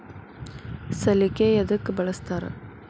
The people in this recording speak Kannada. ಸಲಿಕೆ ಯದಕ್ ಬಳಸ್ತಾರ?